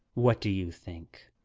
what do you think?